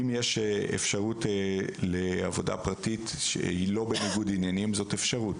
אם יש אפשרות לעבודה פרטית שהיא לא בניגוד עניינים זאת אפשרות.